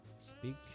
Speak